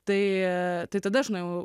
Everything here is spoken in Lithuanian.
tai tai tada aš nuėjau